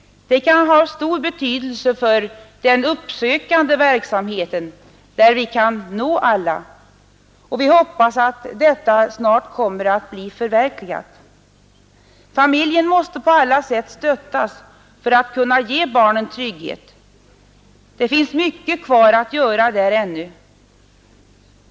Denna får säkert stor betydelse för den uppsökande verksamheten, som alltså skulle kunna nå alla. Vi hoppas att denna anmälningsskyldighet snart kommer att bli förverkligad. Familjen måste på alla sätt stöttas för att kunna ge barnen trygghet. Det finns därvidlag ännu mycket kvar att göra.